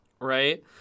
right